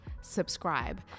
subscribe